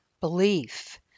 belief